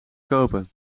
kopen